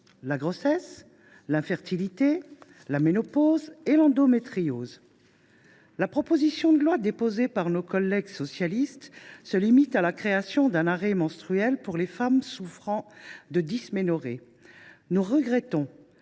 la grossesse, l’infertilité, la ménopause et l’endométriose. La proposition de loi déposée par nos collègues socialistes se limite à la création d’un arrêt menstruel pour les femmes souffrant de dysménorrhée. Nous regrettons